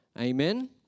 Amen